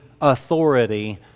authority